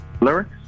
lyrics